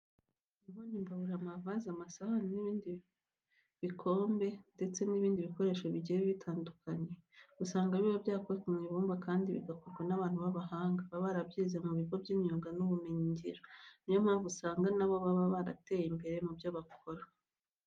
Inkono, imbabura, amavaze, amasahani, ibibindi, ibikombe ndetse n'ibindi bikoresho bigiye bitandukanye usanga biba byakozwe mu ibumba kandi bigakorwa n'abantu b'abahanga baba barabyize mu bigo by'imyuga n'ubumenyingiro. Ni yo mpamvu usanga na bo baba barateye imbere mu byo bakora.